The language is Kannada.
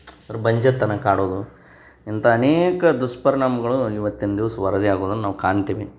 ಅಂದ್ರೆ ಬಂಜೇತನ ಕಾಡೋದು ಇಂಥ ಅನೇಕ ದುಷ್ಪರಿಣಾಮಗಳು ಇವತ್ತಿನ ದಿವ್ಸ ವರದಿಯಾಗೋದನ್ನು ನಾವು ಕಾಣ್ತೀವಿ